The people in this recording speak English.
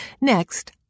Next